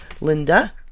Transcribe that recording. Linda